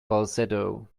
falsetto